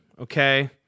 okay